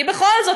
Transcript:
כי בכל זאת,